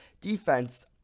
defense